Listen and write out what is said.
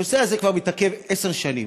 הנושא הזה כבר מתעכב עשר שנים.